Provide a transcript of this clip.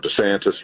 DeSantis